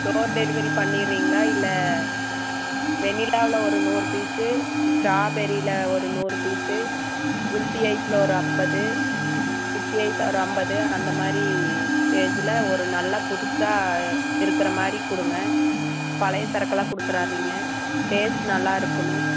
door delivery பண்ணிறீங்களா இல்லை வெண்ணிலாவில் ஒரு நூறு பீஸு ஸ்டாபெரியில் ஒரு நூறு பீஸு குல்பி ஐஸில் ஒரு ஐம்பது குச்சி ஐஸ் ஒரு ஐம்பது அந்த மாதிரி ரேஞ்சில் ஒரு நல்லா புதுசாக இருக்கிற மாதிரி கொடுங்க பழைய சரக்குலாம் கொடுத்துறாதீங்க டேஸ்ட் நல்லா இருக்கணும்